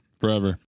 forever